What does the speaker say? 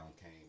came